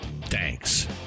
thanks